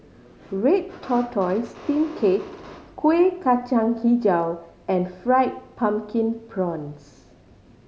red tortoise steamed cake Kueh Kacang Hijau and Fried Pumpkin Prawns